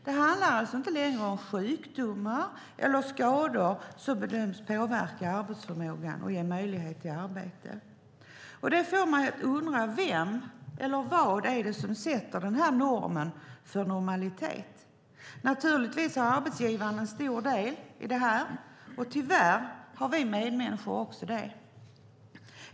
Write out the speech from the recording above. Det handlar inte längre om sjukdomar eller skador som bedöms påverka arbetsförmågan och möjligheten till arbete. Det får mig att undra vem eller vad det är som sätter normen för normalitet. Naturligtvis har arbetsgivaren en stor del i det, och tyvärr har vi medmänniskor också det.